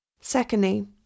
Secondly